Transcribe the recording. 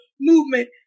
movement